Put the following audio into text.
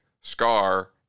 scar